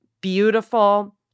beautiful